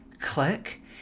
click